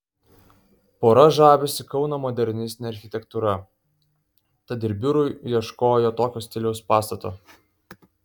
pora žavisi kauno modernistine architektūra tad ir biurui ieškojo tokio stiliaus pastato